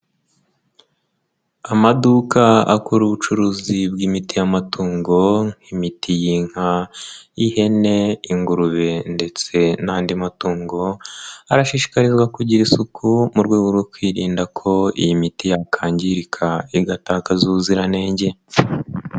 Amaduka akora ubucuruzi bw'imiti y'amatungo nk'imiti y'inka iy'ihene, ingurube ndetse n'andi matungo, barashishikarizwa kugira isuku mu rwego rwo kwirinda ko iyi miti yakangirika igatakaza ubuziranenge.